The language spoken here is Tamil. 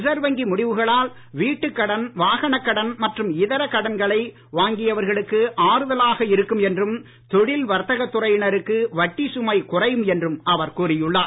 ரிசர்வ் வங்கி முடிவுகளால் வீட்டுக் கடன் வாகனக் கடன் மற்றும் இதர கடன்களை வாங்கியவர்களுக்கு ஆறுதலாக இருக்கும் என்றும் தொழில் வர்த்தகத் துறையினருக்கு வட்டிச் சுமை குறையும் என்றும் அவர் கூறியுள்ளார்